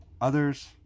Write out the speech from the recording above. others